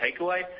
takeaway